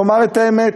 שנאמר את האמת,